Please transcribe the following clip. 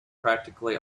practically